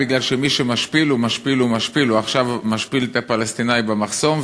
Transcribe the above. מי שמשפיל הוא משפיל הוא משפיל: עכשיו הוא משפיל את הפלסטיני במחסום,